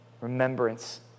remembrance